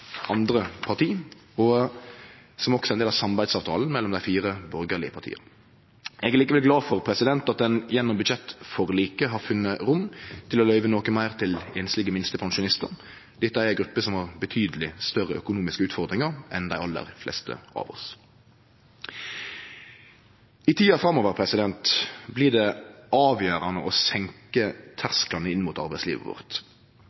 andre parti, og som også er ein del av samarbeidsavtalen mellom dei fire borgarlege partia. Eg er likevel glad for at ein gjennom budsjettforliket har funne rom til å løyve noko meir til einslege minstepensjonistar. Det er ei gruppe som har betydeleg større økonomiske utfordringar enn dei aller fleste av oss. I tida framover blir det avgjerande å senke tersklane inn mot arbeidslivet vårt